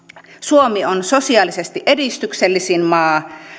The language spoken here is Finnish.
suomi on sosiaalisesti edistyksellisin maa